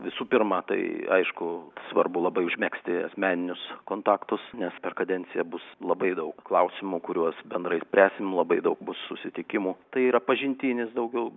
visų pirma tai aišku svarbu labai užmegzti asmeninius kontaktus nes per kadenciją bus labai daug klausimų kuriuos bendrai spręsim labai daug bus susitikimų tai yra pažintinis daugiau